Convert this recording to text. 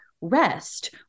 rest